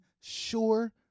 Sure